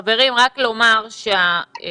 חברים, רק לומר שהחוק